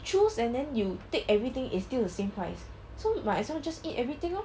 choose and then you take everything is still the same price so might as well just eat everything lor